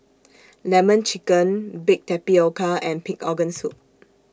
Lemon Chicken Baked Tapioca and Pig Organ Soup